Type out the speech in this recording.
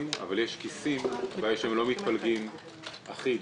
אבל יש כיסים שלא מתפלגים אחיד,